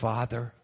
Father